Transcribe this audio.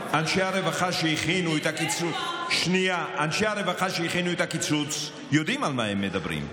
אנשי הרווחה שהכינו את הקיצוץ יודעים על מה הם מדברים,